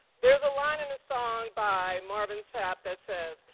there's a line in a song by marvin sapp that says,